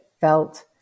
felt